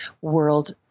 world